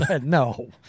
No